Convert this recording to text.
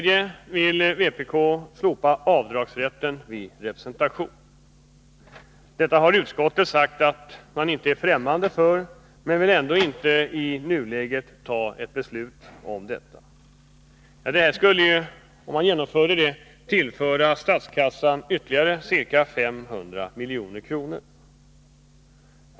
Vpk vill slopa avdragsrätten vid representation. Detta har utskottet sagt att man inte är främmande för, men man vill ändå inte i nuläget ta beslut om detta. Om man genomförde det, skulle det emellertid tillföra statskassan ytterligare ca 500 milj.kr.